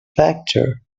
factor